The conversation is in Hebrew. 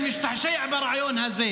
זה הסטטוס קוו שלי.